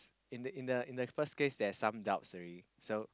in the in the in the first case there's some doubts already so